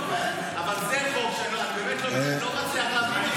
אבל זה חוק שאני באמת לא מצליח להבין.